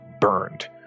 burned